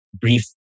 brief